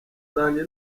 zanjye